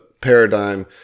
paradigm